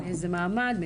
מאיזה מעמד.